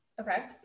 Okay